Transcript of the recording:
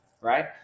Right